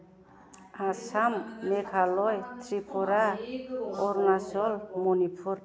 Assam Meghalaya Tripura Arunachal Manipur